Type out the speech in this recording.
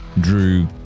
Drew